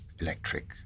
electric